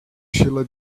shiela